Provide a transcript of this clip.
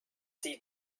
sie